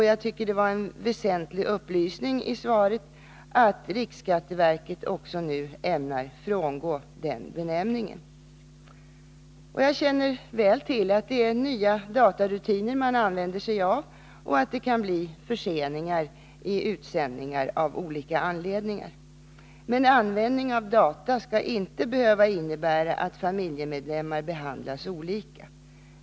Jag tycker också att en väsentlig upplysning i svaret var att riksskatteverket nu ämnar frångå den beteckningen. Att man använder nya datarutiner och att det av olika anledningar kan bli förseningar i utsändandet känner jag väl till: Men användning av data skall inte behöva innebära att familjemedlemmar behandlas olika.